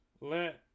Let